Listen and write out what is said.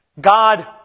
God